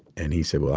and he said, well,